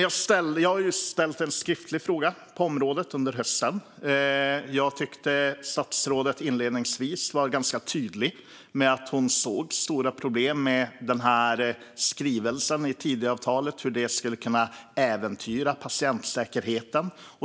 Jag har ställt en skriftlig fråga på området under hösten, och jag tyckte att statsrådet inledningsvis var ganska tydlig med att hon såg stora problem med skrivelsen i Tidöavtalet och hur den skulle kunna äventyra patientsäkerheten.